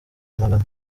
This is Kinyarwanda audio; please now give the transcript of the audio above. magana